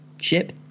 ship